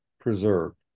preserved